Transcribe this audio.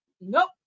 nope